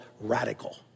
radical